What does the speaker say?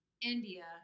India